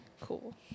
Cool